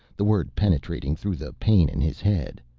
the word penetrating through the pain in his head.